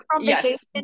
yes